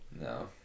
No